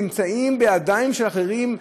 נמצאים בידיים של אחרים,